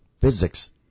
physics